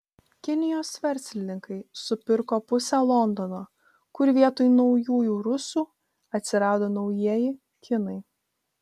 kinijos verslininkai supirko pusę londono kur vietoj naujųjų rusų atsirado naujieji kinai